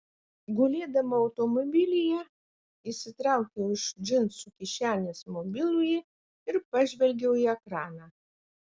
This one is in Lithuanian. gulėdama automobilyje išsitraukiau iš džinsų kišenės mobilųjį ir pažvelgiau į ekraną